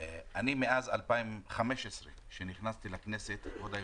אני מאז 2015 שנכנסתי לכנסת, כבוד היושב-ראש,